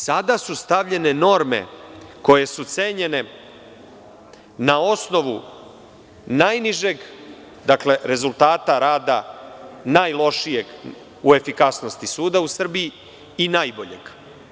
Sada su stavljene norme koje su cenjene na osnovu najnižeg rezultata rada najlošijeg u efikasnosti suda u Srbiji i najboljeg.